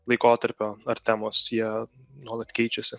laikotarpio ar temos jie nuolat keičiasi